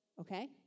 okay